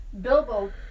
Bilbo